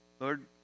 Lord